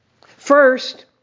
First